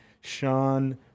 Sean